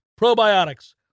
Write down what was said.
probiotics